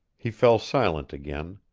he fell silent again.